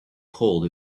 cold